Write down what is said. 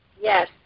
Yes